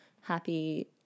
happy